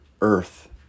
earth